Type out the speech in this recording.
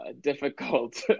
difficult